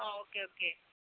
okay okay